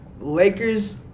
Lakers